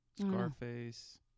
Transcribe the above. Scarface